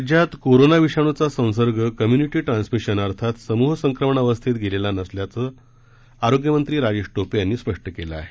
राज्यात कोरोना विषाणूचा संसर्ग कम्यूनिटी ट्रान्समिशन अर्थात समूह संक्रमण अवस्थेत गेलेला नसल्याचा आरोग्य मंत्री राजेश टोपे यांनी स्पष्ट केलं आहे